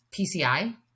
PCI